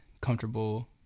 comfortable